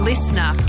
Listener